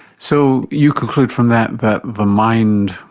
so you conclude from that that the mind,